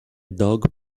dog